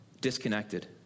disconnected